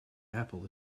apple